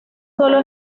solo